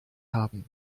haben